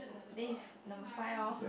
then is number five orh